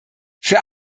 für